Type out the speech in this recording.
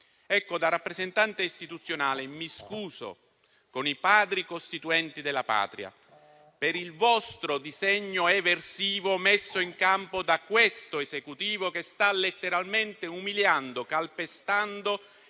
Da rappresentante istituzionale mi scuso con i Padri costituenti della Patria per il vostro disegno eversivo messo in campo da questo Esecutivo, che sta letteralmente umiliando e calpestando